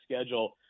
schedule